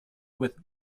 with